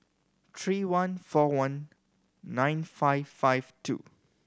three one four one nine five five two